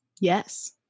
Yes